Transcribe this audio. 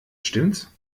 stimmts